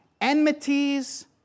Enmities